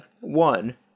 One